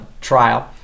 trial